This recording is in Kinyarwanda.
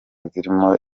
zirimo